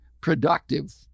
productive